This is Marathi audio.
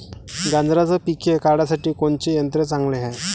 गांजराचं पिके काढासाठी कोनचे यंत्र चांगले हाय?